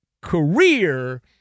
career